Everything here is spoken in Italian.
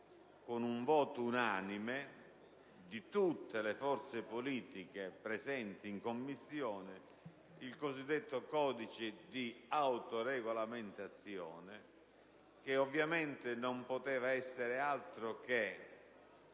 con il voto unanime di tutte le forze politiche in essa presenti, il cosiddetto codice di autoregolamentazione. Ovviamente non poteva essere altro che